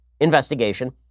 investigation